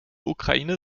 ukraine